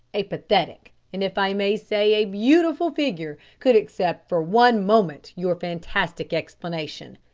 a pathetic, and if i may say, a beautiful figure, could accept for one moment your fantastic explanation.